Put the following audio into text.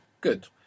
Good